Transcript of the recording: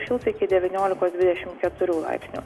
šils iki devyniolikos dvidešim keturių laipsnių